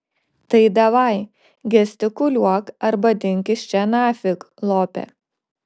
tai davai gestikuliuok arba dink iš čia nafig lope